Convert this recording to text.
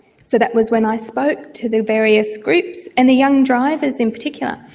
so that was when i spoke to the various groups, and the young drivers in particular.